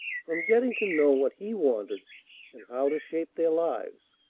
from getting to know what he wanted and how to shape their lives,